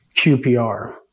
qpr